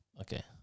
Okay